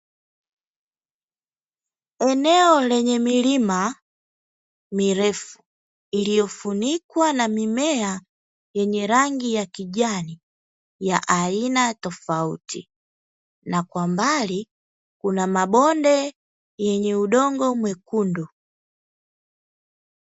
Eneo lenye milima mirefu, iliyofunikwa na mimea yenye rangi ya kijani ya aina tofauti, na kwa mbali kuna mabonde yenye udongo mwekundu.